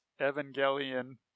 Evangelion